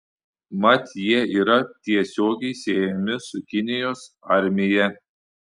mat jie yra tiesiogiai siejami su kinijos armija